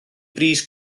bris